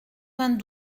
vingt